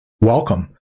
Welcome